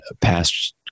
past